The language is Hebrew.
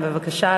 בבקשה,